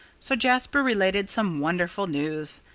so jasper related some wonderful news.